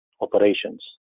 operations